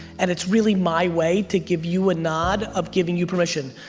and it's really my way to give you a nod of giving you permission.